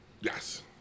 Yes